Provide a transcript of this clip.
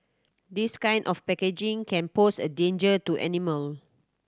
this kind of packaging can pose a danger to animal